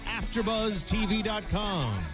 AfterBuzzTV.com